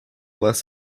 less